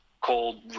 cold